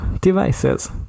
devices